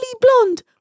blonde